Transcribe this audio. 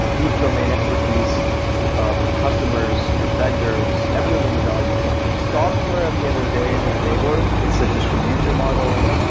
deep domain expertise of your customers, your vendors, everyone in the value chain. software, at the end of the day, is an enabler. it's a distribution model.